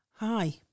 Hi